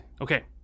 Okay